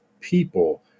people